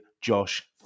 Josh